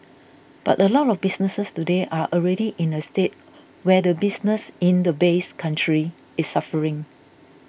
but a lot of businesses today are already in a state where the business in the base country is suffering